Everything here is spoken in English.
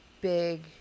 big